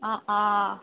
অঁ অঁ